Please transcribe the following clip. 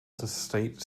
state